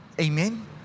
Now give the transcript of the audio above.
Amen